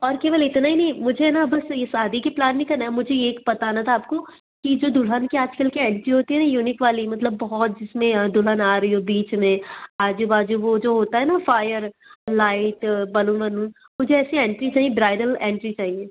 और केवल इतना ही नहीं मुझे न बस यह शादी की प्लान नहीं करना है मुझे ये बताना था आपको कि ये जो दुल्हन के आजकल की एंट्री होती हैं न युनीक वाली मतलब बहुत जिसमें दुल्हन आ रही हो बीच में आजू बाजू वो जो होता है ना फ़ायर लाइट बलून वलून मुझे ऐसी एंट्री चाहिए ब्राइडल एंट्री चाहिए